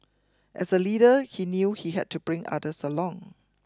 as a leader he knew he had to bring others along